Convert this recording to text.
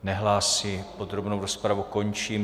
Nehlásí, podrobnou rozpravu končím.